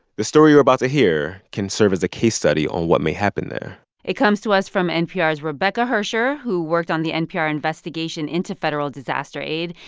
the story you're about to hear can serve as a case study on what may happen there it comes to us from npr's rebecca hersher, who worked on the npr investigation into federal disaster aid.